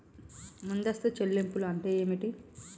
ముందస్తు చెల్లింపులు అంటే ఏమిటి?